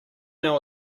know